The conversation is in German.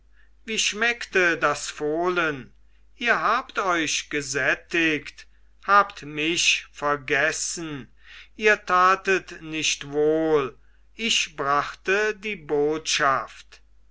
wie schmeckte das fohlen ihr habt euch gesättigt habt mich vergessen ihr tatet nicht wohl ich brachte die botschaft